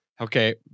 okay